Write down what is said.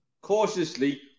Cautiously